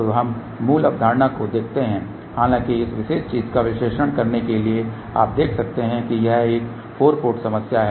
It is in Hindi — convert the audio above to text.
तो हम मूल अवधारणा को देखते हैं हालांकि इस विशेष चीज़ का विश्लेषण करने के लिए आप देख सकते हैं कि यह एक 4 पोर्ट समस्या है